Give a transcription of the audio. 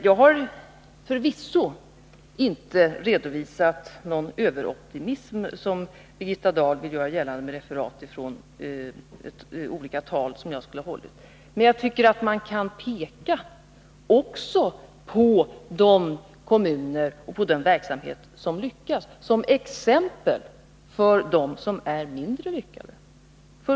Jag har förvisso inte redovisat någon överoptimism, som Birgitta Dahl ville göra gällande genom att referera olika tal som jag skulle ha hållit. Men jag 89 tycker att man också kan peka på de kommuner och den verksamhet som lyckats, för att låta dem utgöra exempel för dem som varit mindre lyckade.